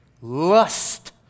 lust